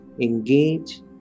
engage